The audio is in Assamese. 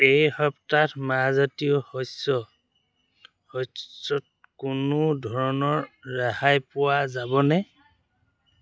এই সপ্তাহত মাহজাতীয় শস্য় শস্যত কোনো ধৰণৰ ৰেহাই পোৱা যাবনে